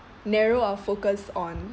narrow or focused on